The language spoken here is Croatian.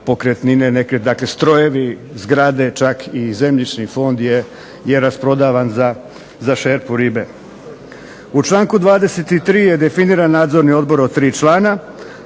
pokretnine neke, dakle strojevi, zgrade, čak i zemljišni fond je rasprodavan za šerpu ribe. U članku 23. je definiran nadzorni odbor od 3 člana,